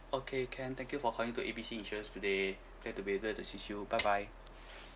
okay can thank you for calling in to A B C insurance today glad to be able to assist you bye bye